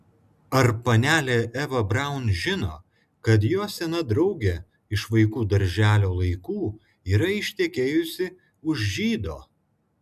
ar panelė eva braun žino kad jos sena draugė iš vaikų darželio laikų yra ištekėjusi už žydo